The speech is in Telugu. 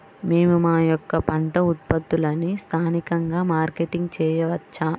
మేము మా యొక్క పంట ఉత్పత్తులని స్థానికంగా మార్కెటింగ్ చేయవచ్చా?